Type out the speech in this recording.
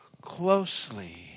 closely